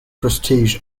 prestige